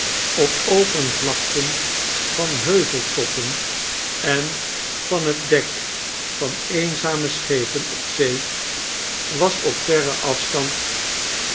op open vlakten van heuveltoppen en van het dek van eenzame schepen op zee was op verren afstand